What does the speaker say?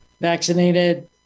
vaccinated